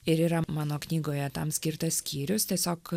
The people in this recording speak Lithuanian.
ir yra mano knygoje tam skirtas skyrius tiesiog